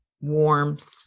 warmth